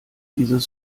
dieses